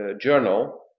journal